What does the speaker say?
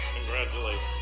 Congratulations